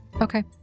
Okay